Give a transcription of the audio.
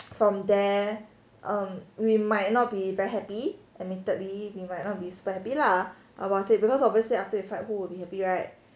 from there um we might not be very happy admittedly we might not be super happy lah about it because obviously after you fight who will be happy right